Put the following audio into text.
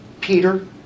Peter